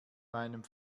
meinem